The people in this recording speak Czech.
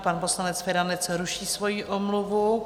Pan poslanec Feranec ruší svoji omluvu.